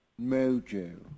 Mojo